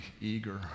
eager